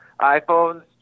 iphones